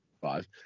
Five